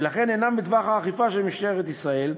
ולכן אינם בטווח האכיפה של משטרת ישראל,